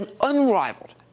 unrivaled